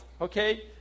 okay